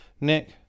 Nick